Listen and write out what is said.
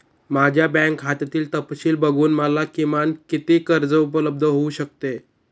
माझ्या बँक खात्यातील तपशील बघून मला किमान किती कर्ज उपलब्ध होऊ शकते?